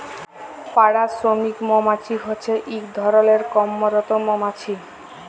পাড়া শ্রমিক মমাছি হছে ইক ধরলের কম্মরত মমাছি